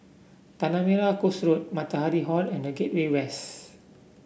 Tanah Merah Coast Road Matahari Hall and The Gateway West